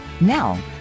Now